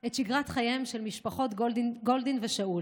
את שגרת חייהן של המשפחות גולדין ושאול,